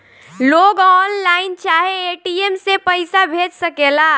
लोग ऑनलाइन चाहे ए.टी.एम से पईसा भेज सकेला